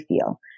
feel